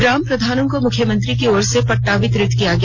ग्राम प्रधानों को मुख्यमंत्री की ओर से पट्टा वितरित किया गया